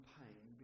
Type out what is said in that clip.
pain